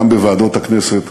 גם בוועדות הכנסת,